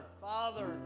Father